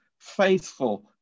faithful